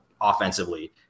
offensively